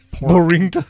boring